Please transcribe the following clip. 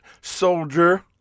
soldier